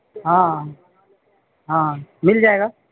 ہاں ہاں ہاں مِل جائے گا